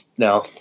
Now